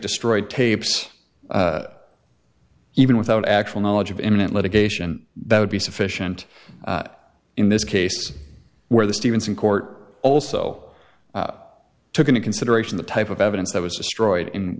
destroyed tapes even without actual knowledge of imminent litigation that would be sufficient in this case where the stevenson court also took into consideration the type of evidence that was destroyed in